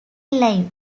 live